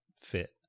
fit